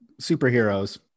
superheroes